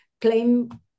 claim